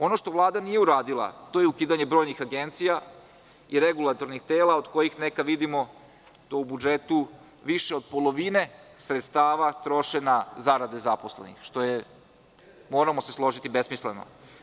Ono što Vlada nije uradila to je ukidanje brojnih agencija i regulatornih tela od kojih neka vidimo da u budžetu više od polovine sredstava troše na zarade zaposlenih, što je moramo se složiti, besmisleno.